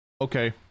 okay